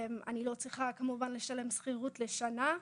אני לא צריכה כמובן לשלם שכירות למשך שנה,